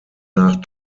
nach